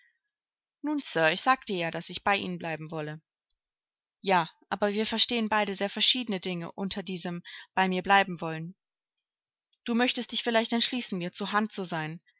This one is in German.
nun sir ich sagte ja daß ich bei ihnen bleiben wolle ja aber wir verstehen beide sehr verschiedene dinge unter diesem bei mir bleiben wollen du könntest dich vielleicht entschließen mir zur hand zu sein